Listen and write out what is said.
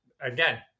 again